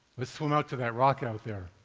let's swim out to that rock out there.